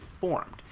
formed